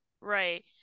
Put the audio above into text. Right